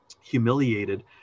humiliated